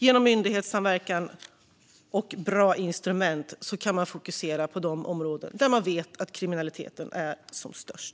Genom myndighetssamverkan och bra instrument kan man fokusera på de områden där man vet att kriminaliteten är som störst.